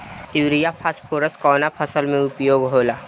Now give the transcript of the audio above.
Urea phosphorus कवना फ़सल में उपयोग होला?